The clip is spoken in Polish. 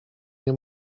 nie